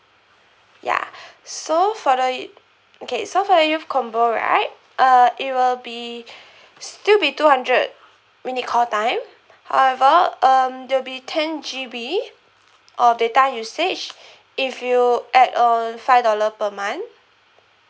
ya so for the okay so for the youth combo right uh it will be still be two hundred minute call time however um there'll be ten G_B of data usage if you add on five dollar per month